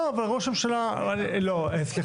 לא, אבל ראש הממשלה, לא, סליחה.